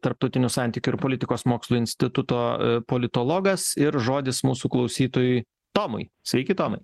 tarptautinių santykių ir politikos mokslų instituto politologas ir žodis mūsų klausytojui tomui sveiki tomai